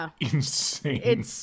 insane